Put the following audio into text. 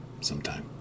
sometime